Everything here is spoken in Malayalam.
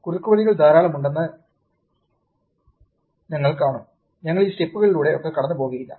കുറുക്കുവഴികൾ ധാരാളം ഉണ്ടെന്ന് ഞങ്ങൾ കാണും ഞങ്ങൾ ഈ സ്റ്റെപ്പുകളിലൂടെ ഒക്കെ കടന്നുപോകില്ല